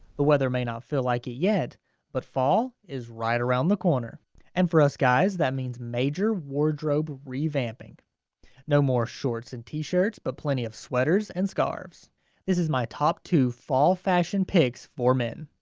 the weather may not feel like it yet but fall is right around the corner and for us guys that means major wardrobe revamping no more shorts and t-shirts but plenty of sweaters and scarves this is my top two fall fashion picks foreman